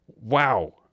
Wow